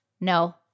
No